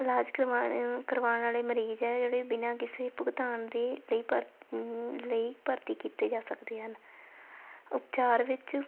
ਇਲਾਜ ਕਰਵਾਉਣ ਕਰਵਾਉਣ ਵਾਲੇ ਮਰੀਜ਼ ਹੈ ਜਿਹੜੇ ਬਿਨਾਂ ਕਿਸੇ ਭੁਗਤਾਨ ਦੇ ਲਈ ਭਰਤ ਲਈ ਭਰਤੀ ਕੀਤੇ ਜਾ ਸਕਦੇ ਹਨ ਉਪਚਾਰ ਵਿੱਚ